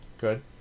Good